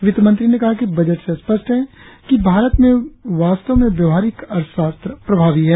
वित्तमंत्री ने कहा कि बजट से स्पस्ट है कि भारत में वास्तव में व्यावहारिक अर्थशास्त्र प्रभावी है